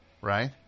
Right